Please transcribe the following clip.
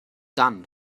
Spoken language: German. dann